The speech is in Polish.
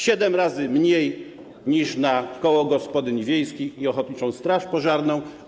Siedem razy mniej niż na koła gospodyń wiejskich i ochotniczą straż pożarną.